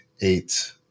eight